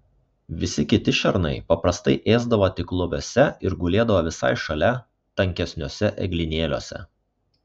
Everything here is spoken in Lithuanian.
visi kiti šernai paprastai ėsdavo tik loviuose ir gulėdavo visai šalia tankesniuose eglynėliuose